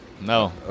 no